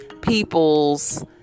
people's